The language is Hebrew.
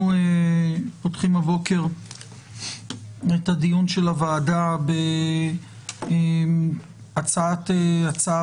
אנחנו פותחים הבוקר את הדיון של הוועדה בהצעת הצו